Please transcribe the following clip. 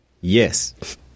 Yes